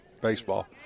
baseball